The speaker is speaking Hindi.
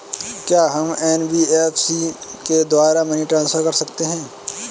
क्या हम एन.बी.एफ.सी के द्वारा मनी ट्रांसफर कर सकते हैं?